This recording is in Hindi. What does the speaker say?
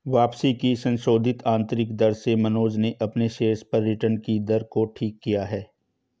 वापसी की संशोधित आंतरिक दर से मनोज ने अपने शेयर्स पर रिटर्न कि दर को ठीक किया है